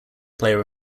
player